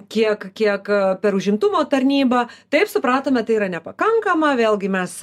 kiek kiek per užimtumo tarnybą taip supratome tai yra nepakankama vėlgi mes